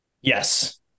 Yes